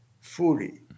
fully